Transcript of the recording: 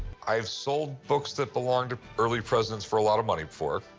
i've sold books that belonged to early presidents for a lot of money before.